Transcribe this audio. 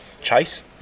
chase